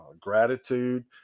gratitude